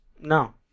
no